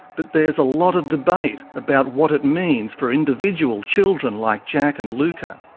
but there's a lot of debate about what it means for individual children like jack and lukah.